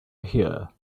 here